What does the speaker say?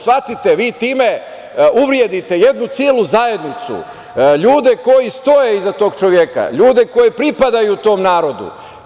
Shvatite, vi time uvredite jednu celu zajednicu, ljude koji stoji iza tog čoveka, ljude koji pripadaju tom narodu.